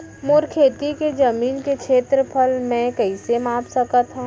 मोर खेती के जमीन के क्षेत्रफल मैं कइसे माप सकत हो?